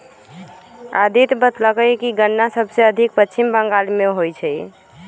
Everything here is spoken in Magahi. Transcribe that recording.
अदित्य बतलकई कि गन्ना सबसे अधिक पश्चिम बंगाल में होई छई